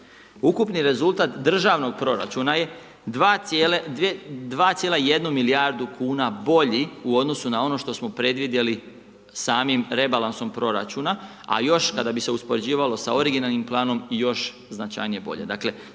Ukupni rezultat državnog proračuna je 2,1 milijardu kuna bolji u odnosu na ono što smo predvidjeli samim rebalansom proračuna a još kada bi se uspoređivalo sa originalnim planom i još značajnije bolje.